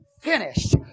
finished